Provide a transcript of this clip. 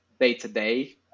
day-to-day